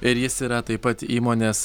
ir jis yra taip pat įmonės